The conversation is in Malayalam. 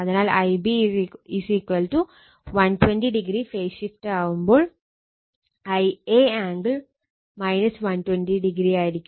അതിനാൽ Ib 120o ഫേസ് ഷിഫ്റ്റ് ആകുമ്പോൾ Ia ആംഗിൾ 120o എന്നായിരിക്കും